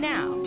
Now